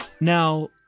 Now